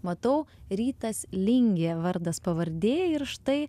matau rytas lingė vardas pavardė ir štai